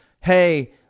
hey